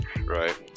Right